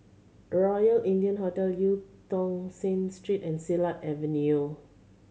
Royal India Hotel Eu Tong Sen Street and Silat Avenue